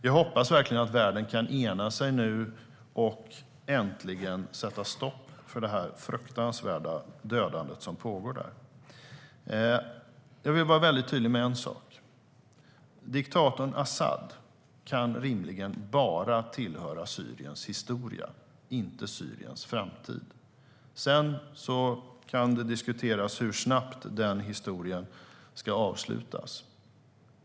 Vi hoppas att världen nu kan ena sig och äntligen sätta stopp för det fruktansvärda dödande som pågår där. Jag vill vara väldigt tydlig med en sak. Diktatorn Asad kan rimligen bara tillhöra Syriens historia, inte Syriens framtid. Sedan kan det diskuteras hur snabbt den historien ska avslutas.